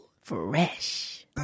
fresh